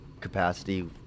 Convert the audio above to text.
capacity